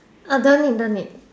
uh don't need don't need